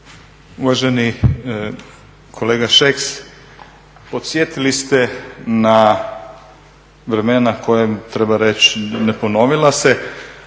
Uvaženi kolega Šeks, podsjetili ste na vremena kojim treba reći ne ponovila se.